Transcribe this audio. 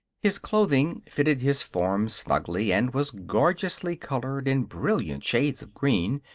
his clothing fitted his form snugly and was gorgeously colored in brilliant shades of green,